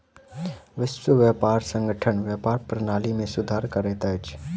विश्व व्यापार संगठन व्यापार प्रणाली में सुधार करैत अछि